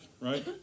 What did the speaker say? right